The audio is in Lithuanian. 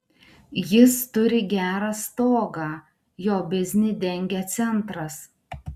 jis turi gerą stogą jo biznį dengia centras